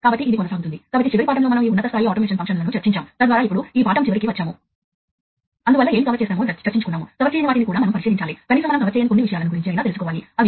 కాబట్టి మీరు fieldbus లో పరికరాలను కనెక్ట్ చేయగల రెండు మార్గాలు ఇవి